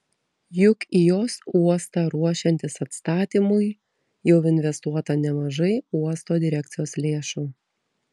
juk į jos uostą ruošiantis atstatymui jau investuota nemažai uosto direkcijos lėšų